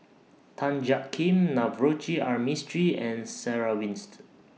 Tan Jiak Kim Navroji R Mistri and Sarah Winstedt